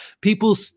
people